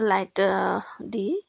light the